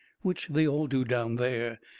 which they all do down there.